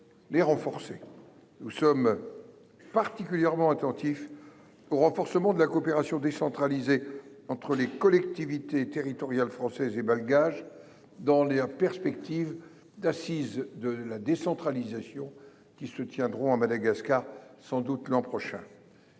Nous sommes. Particulièrement attentifs. Au renforcement de la coopération décentralisée entre les collectivités territoriales françaises et bagages dans les perspectives d'assises de la décentralisation, qui se tiendront à Madagascar. Sans doute l'an prochain.